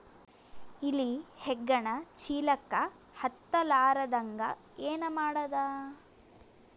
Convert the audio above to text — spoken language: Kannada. ಇಲಿ ಹೆಗ್ಗಣ ಚೀಲಕ್ಕ ಹತ್ತ ಲಾರದಂಗ ಏನ ಮಾಡದ?